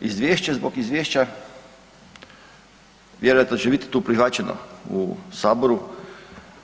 Izvješće zbog izvješća vjerojatno će bit tu prihvaćeno u Saboru